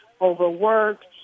overworked